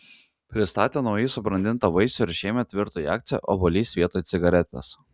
pristatė naujai subrandintą vaisių ir šiemet virto į akciją obuolys vietoj cigaretės